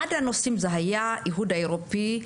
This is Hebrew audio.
אחד הנושאים זה היה האיחוד האירופי,